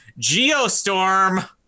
Geostorm